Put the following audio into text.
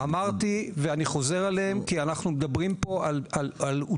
אמרתי ואני חוזר על זה כי אנחנו מדברים פה על אוטופיה.